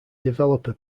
developer